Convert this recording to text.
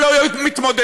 שלא יהיו מתמודדים?